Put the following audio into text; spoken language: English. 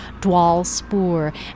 dwalspoor